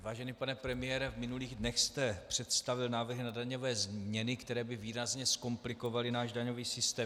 Vážený pane premiére, v minulých dnech jste představil návrhy na daňové změny, které by výrazně zkomplikovaly náš daňový systém.